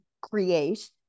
create